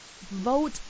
vote